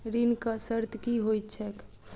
ऋणक शर्त की होइत छैक?